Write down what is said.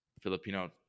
Filipino